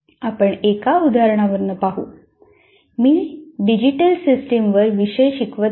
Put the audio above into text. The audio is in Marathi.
आपण एका उदाहरणावरून पाहू मी डिजिटल सिस्टमवर विषय शिकवित आहे